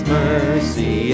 mercy